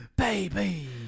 Baby